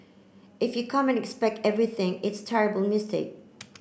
if you come and expect everything it's terrible mistake